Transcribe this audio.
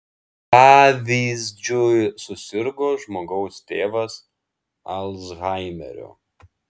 pavyzdžiui susirgo žmogaus tėvas alzhaimeriu